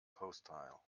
hostile